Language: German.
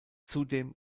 zudem